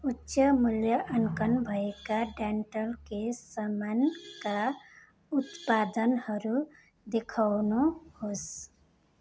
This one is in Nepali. उच्च मूल्य अङ्कन भएका डेन्टल केस सामानका उत्पादनहरू देखाउनुहोस्